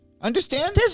Understand